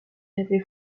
avait